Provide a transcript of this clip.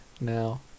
now